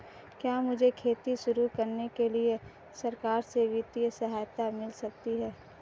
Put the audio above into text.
क्या मुझे खेती शुरू करने के लिए सरकार से वित्तीय सहायता मिल सकती है?